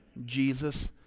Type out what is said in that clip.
Jesus